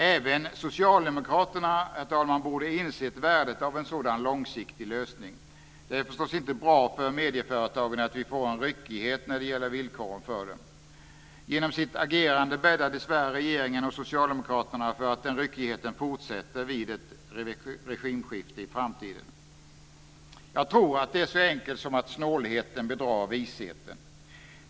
Även socialdemokraterna borde insett värdet av en sådan långsiktig lösning. Det är förstås inte bra för medieföretagen att det blir en ryckighet i deras villkor. Genom sitt agerande bäddar dessvärre regeringen och Socialdemokraterna för att den ryckigheten fortsätter efter ett framtida regimskifte. Jag tror det är så enkelt som att snålheten bedrar visheten.